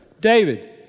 David